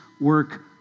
work